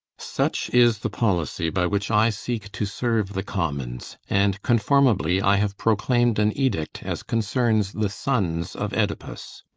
such is the policy by which i seek to serve the commons and conformably i have proclaimed an edict as concerns the sons of oedipus